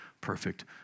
perfect